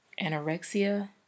anorexia